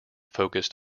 focused